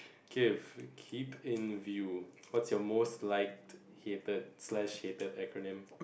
Keith keep in view what's your most liked hated slash hated acronym